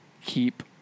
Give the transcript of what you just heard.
keep